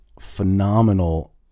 phenomenal